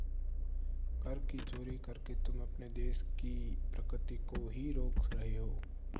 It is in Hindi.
कर की चोरी करके तुम अपने देश की प्रगती को ही रोक रहे हो